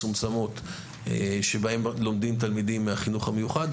מצומצמות שבהן לומדים תלמידים מהחינוך המיוחד,